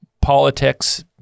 politics